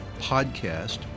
Podcast